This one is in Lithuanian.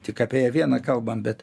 tik apie ją vieną kalbam bet